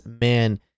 man